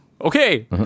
okay